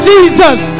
Jesus